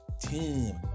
Team